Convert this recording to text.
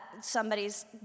somebody's